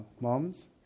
moms